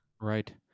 Right